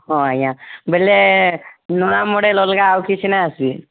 ହଁ ଆଜ୍ଞା ବୋଇଲେ ନୂଆ ମଡ଼େଲ୍ ଅଲଗା ଆଉ କିଛି ନାଇଁ ଆସି